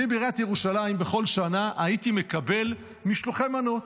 בעיריית ירושלים בכל שנה הייתי מקבל משלוחי מנות.